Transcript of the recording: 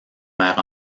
mère